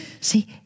See